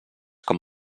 com